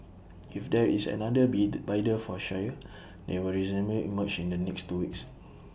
if there is another bid bidder for Shire they will emerge in the next two weeks